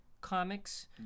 comics